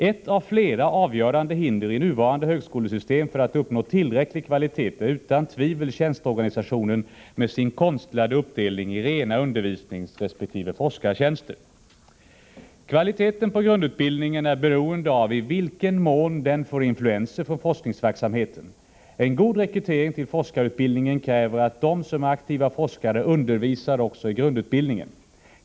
Ett av flera avgörande hinder i nuvarande högskolesystem för att uppnå tillräcklig kvalitet är utan tvivel tjänsteorganisationen med sin konstlade uppdelning i rena undervisningsresp. forskningstjänster. Kvaliteten på grundutbildningen är beroende av i vilken mån den får influenser från forskningsverksamheten. En god rekrytering till forskarutbildningen kräver att de som är aktiva forskare undervisar också i grundutbildningen.